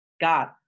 God